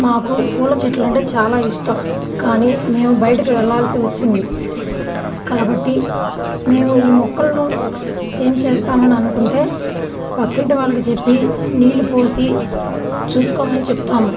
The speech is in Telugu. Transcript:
మాకు పూల చెట్లు అంటే చాలా ఇష్టం కానీ మేము బయటకు వెళ్ళాల్సి వచ్చింది కాబట్టి మేము ఈ మొక్కలను ఏం చేస్తామని అనుకుంటే పక్కింటి వాళ్ళకి చెప్పి నీళ్ళు పోసి చూసుకోమని చెప్తాము